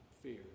Fear